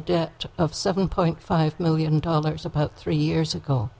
a debt of seven point five million dollars about three years ago